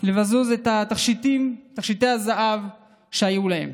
לבזוז את התכשיטים, את תכשיטי הזהב שהיו להן,